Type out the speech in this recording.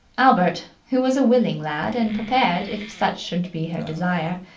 albert, who was a willing lad and prepared, if such should be her desire,